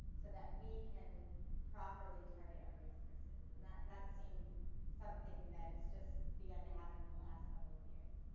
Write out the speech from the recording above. so that we can properly target our resources. and that that seems something that has just begun to happen in the last couple of years.